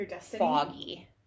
foggy